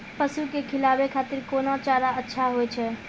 पसु के खिलाबै खातिर कोन चारा अच्छा होय छै?